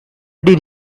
did